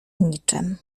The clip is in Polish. niczem